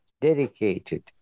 dedicated